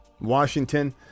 Washington